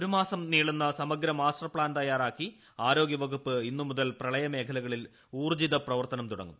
ഒരുമാസം നിളുന്ന സമഗ്ര മാസ്റ്റർ പ്ലാൻ തയ്യാറാക്കി ആരോഗ്യവകുപ്പ് ഇന്നുമുതൽ പ്രളയ മേഖലകളിൽ ഊർജിതപ്രവർത്തനം തുടങ്ങും